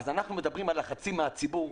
אז אנחנו מדברים על לחצים מצד הציבור.